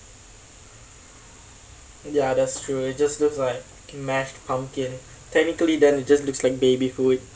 ya that's true it just looks like mashed pumpkin technically then it just looks like baby food